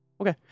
Okay